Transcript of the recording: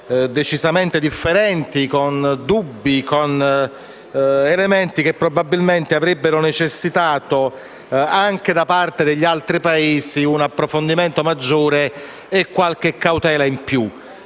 decisamente differenti, con dubbi ed elementi che probabilmente avrebbero necessitato, anche da parte degli altri Paesi, un approfondimento maggiore e qualche cautela in più;